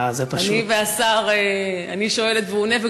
אני שואלת והוא עונה,